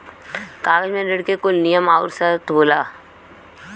कागज मे ऋण के कुल नियम आउर सर्त होला